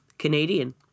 canadian